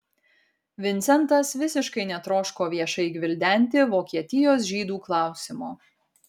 vincentas visiškai netroško viešai gvildenti vokietijos žydų klausimo